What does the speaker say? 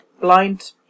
blind